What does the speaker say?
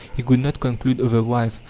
he could not conclude otherwise,